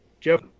jeff